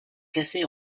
classé